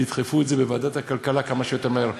ותדחפו את זה בוועדת הכלכלה כמה שיותר מהר.